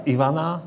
Ivana